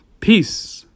Peace